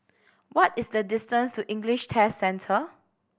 what is the distance to English Test Centre